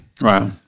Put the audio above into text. Right